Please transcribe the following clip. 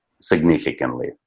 significantly